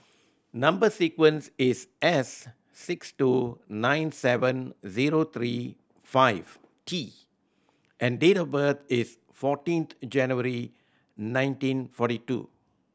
number sequence is S six two nine seven zero three five T and date of birth is fourteenth January nineteen forty two